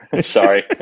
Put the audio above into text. Sorry